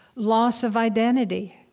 loss of identity,